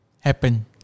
happen